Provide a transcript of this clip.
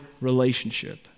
relationship